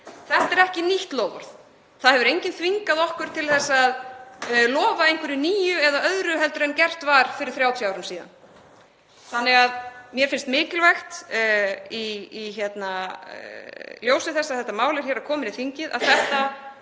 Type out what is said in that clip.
Þetta er ekki nýtt loforð. Það hefur enginn þvingað okkur til þess að lofa einhverju nýju eða öðru en gert var fyrir 30 árum. Mér finnst mikilvægt, í ljósi þess að þetta mál kemur hér inn í þingið, að þetta